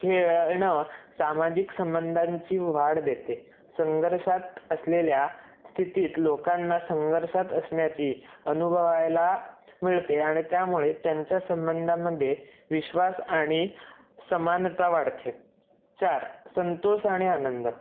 खेळ णं सामाजिक संबंधांची वाढ देते संघर्षात असलेल्या स्थितीत लोकांना संघर्षात असण्याची अनुभवायला मिळते आणि त्यामुळे त्यांच्या संबंधामध्ये विश्वास आणि समानता वाढते चार संतोष आणि आनंद